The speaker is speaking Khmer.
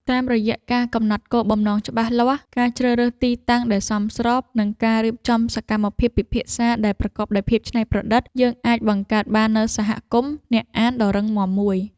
តាមរយៈការកំណត់គោលបំណងច្បាស់លាស់ ការជ្រើសរើសទីតាំងដែលសមស្រប និងការរៀបចំសកម្មភាពពិភាក្សាដែលប្រកបដោយភាពច្នៃប្រឌិត យើងអាចបង្កើតបាននូវសហគមន៍អ្នកអានដ៏រឹងមាំមួយ។